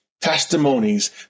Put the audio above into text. testimonies